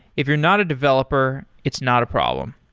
if you're not a developer, it's not a problem.